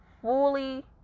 fully